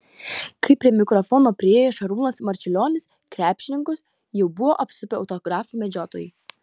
kai prie mikrofono priėjo šarūnas marčiulionis krepšininkus jau buvo apsupę autografų medžiotojai